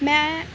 میں